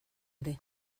ere